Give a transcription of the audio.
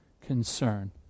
concern